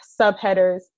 subheaders